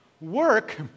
Work